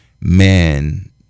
man